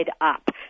up